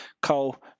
Cole